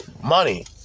money